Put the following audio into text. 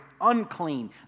unclean